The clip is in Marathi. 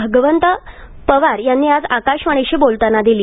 भगवंत पवार यांनी आज आकाशवाणीशी बोलताना दिली